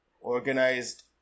Organized